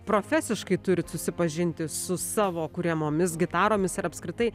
profesiškai turit susipažinti su savo kuriamomis gitaromis ir apskritai